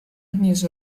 ніж